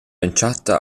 entschatta